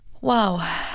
Wow